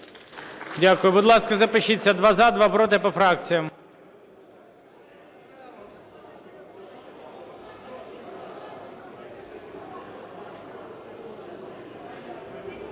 Дякую. Будь ласка, запишіться: два – за, два – проти, по фракціям.